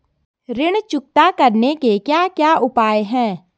ऋण चुकता करने के क्या क्या उपाय हैं?